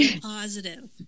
positive